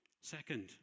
Second